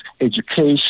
education